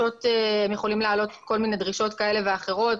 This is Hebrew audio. הם יכולים להעלות כל מיני דרישות כאלה ואחרות,